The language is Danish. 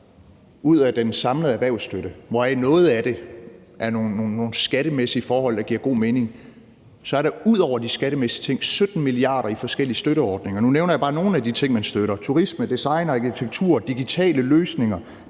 Ud af den samlede erhvervsstøtte, hvoraf noget af det er nogle skattemæssige forhold, der giver god mening, er der derudover 17 mia. kr. i forskellige støtteordninger. Nu nævner jeg bare nogle af de ting, man støtter: turisme, design, arkitektur, digitale løsninger,